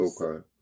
Okay